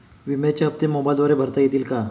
विम्याचे हप्ते मोबाइलद्वारे भरता येतील का?